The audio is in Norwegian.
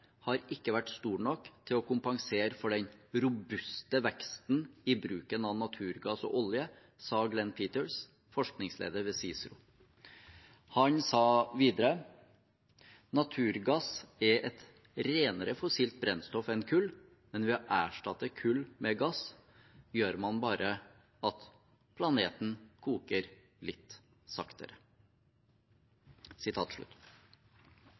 har ikke vært stor nok til å kompensere for den robuste veksten i bruken av naturgass og olje.» Han sa videre: «Naturgass er et renere fossilt brennstoff enn kull, men ved å erstatte kull med gass gjør man bare at planeten koker litt saktere.»